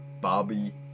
bobby